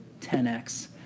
10x